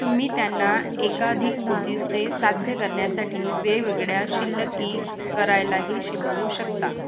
तुम्ही त्यांना एकाधिक उद्दिष्टे साध्य करण्यासाठी वेगवेगळ्या शिल्लकी करायलाही शिकवू शकता